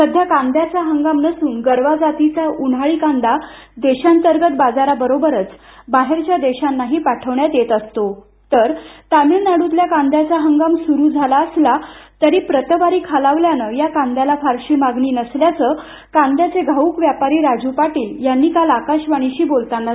सध्या कांद्याचा हंगाम नसून गरवा जातीचा उन्हाळी कांदा देशांतर्गत बाजाराबरोबरच बाहेरच्या देशांनाही पाठवण्यात येत असतो तर दुसरीकडे तामिळनाडूतल्या कांद्याचा नवा हंगाम सुरू झाला असला तरी दमट हवामानामुळे प्रतवारी खालावल्याने या मालाला फारशी मागणी नसल्याचं कांद्याचे घाऊक व्यापारी राजू पाटील यांनी आकाशवाणीशी बोलताना सांगितलं